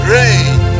Rain